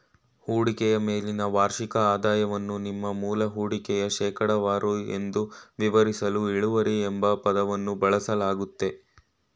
ಹೂಡಿಕೆಯ ಮೇಲಿನ ವಾರ್ಷಿಕ ಆದಾಯವನ್ನು ನಿಮ್ಮ ಮೂಲ ಹೂಡಿಕೆಯ ಶೇಕಡವಾರು ಎಂದು ವಿವರಿಸಲು ಇಳುವರಿ ಎಂಬ ಪದವನ್ನು ಬಳಸಲಾಗುತ್ತೆ